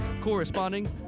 corresponding